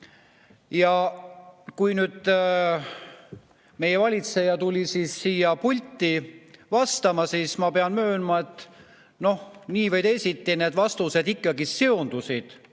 Kui meie valitseja tuli siia pulti vastama, siis ma pean möönma, et nii või teisiti need vastused ikkagi seondusid